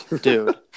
Dude